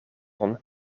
won